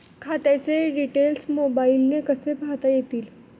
खात्याचे डिटेल्स मोबाईलने कसे पाहता येतील?